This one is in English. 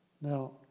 Now